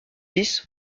six